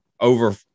over